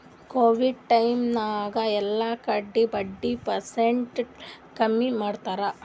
Covid time ನಾಗ್ ಎಲ್ಲಾ ಕಡಿ ಬಡ್ಡಿ ಪರ್ಸೆಂಟ್ ಕಮ್ಮಿ ಮಾಡ್ಯಾರ್